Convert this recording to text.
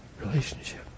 relationship